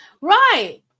Right